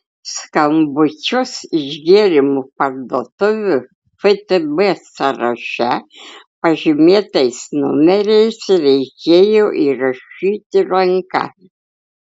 skambučius iš gėrimų parduotuvių ftb sąraše pažymėtais numeriais reikėjo įrašyti ranka